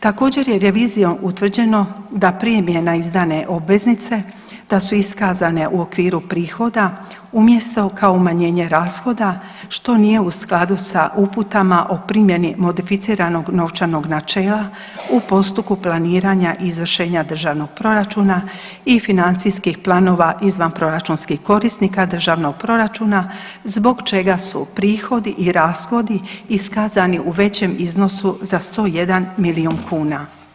Također je revizijom utvrđeno da premija na izdane obveznice da su iskazane u okviru prihoda umjesto kao umanjenje rashoda što nije u skladu sa uputama o primjeni modificiranog novčanog načela u postupku planiranja i izvršenja državnog proračuna i financijskih planova izvanproračunskih korisnika državnog proračuna zbog čega su prihodi i rashodi iskazani u većem iznosu za 101 milijun kuna.